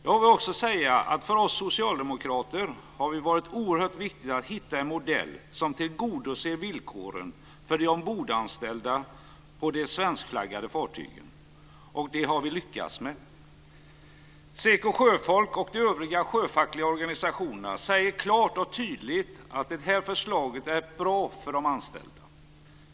Jag vill också säga att för oss socialdemokrater har det varit oerhört viktigt att hitta en modell som tillgodoser villkoren för de ombordanställda på de svenskflaggade fartygen. Och det har vi lyckats med! SEKO Sjöfolk och övriga sjöfackliga organisationer säger klart och tydligt att det här förslaget är bra för de anställda.